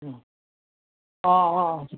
অঁ অঁ